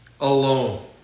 alone